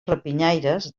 rapinyaires